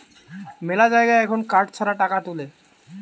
মেলা জায়গায় এখুন কার্ড ছাড়া টাকা তুলে